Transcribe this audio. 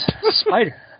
Spider